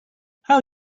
how